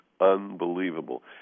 unbelievable